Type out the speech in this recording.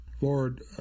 Lord